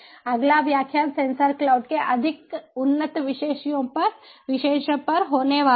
अगला व्याख्यान sensor cloud के अधिक उन्नत विषयों पर होने वाला है